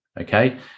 okay